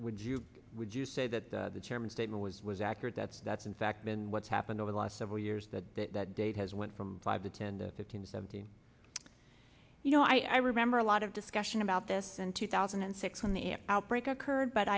would you would you say that the chairman statement was was accurate that's that's in fact been what's happened over the last several years that that date has went from five to ten to fifteen or seventeen you know i i remember a lot of discussion about this in two thousand and six from the outbreak